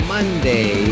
Monday